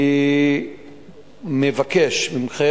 אני מבקש מכם,